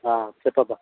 చెప్పమ్మ